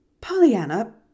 Pollyanna